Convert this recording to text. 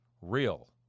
Real